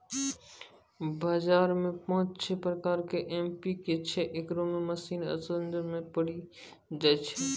बाजार मे पाँच छह प्रकार के एम.पी.के छैय, इकरो मे किसान असमंजस मे पड़ी जाय छैय?